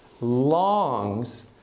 longs